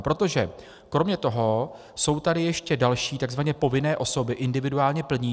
Protože kromě toho jsou tady ještě další takzvaně povinné osoby individuálně plnící.